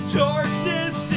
darkness